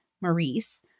Maurice